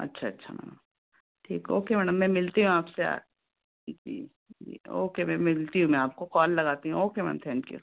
अच्छा अच्छा मैम ठीक ओके मैडम मैं मिलती हूँ आपसे आ जी जी ओके मैं मिलती हूँ मैं आपको कॉल लगाती हूँ ओके मैम थैंक यू